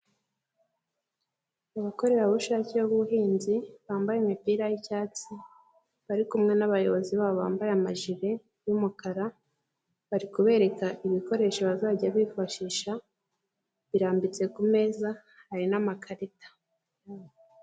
Abakorerabushake b'ubuhinzi bambaye imipira y'icyatsi bari kumwe nabayobozi babo bambaye amajire y'umukara bari kubereka ibikoresho bazajya bifashisha birambitse ku meza hari n'amakarita.